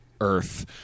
Earth